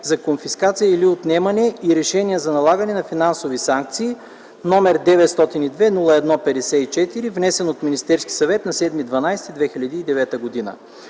за конфискация или отнемане и решения за налагане на финансови санкции, № 902-01-54, внесен от Министерския съвет на 7 декември